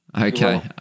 Okay